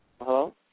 Hello